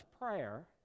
prayer